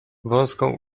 wąską